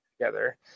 together